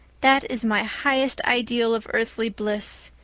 that is my highest ideal of earthly bliss.